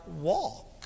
walk